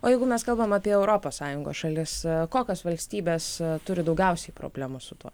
o jeigu mes kalbam apie europos sąjungos šalis kokios valstybės turi daugiausiai problemų su tuo